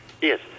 Yes